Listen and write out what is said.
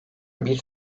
bir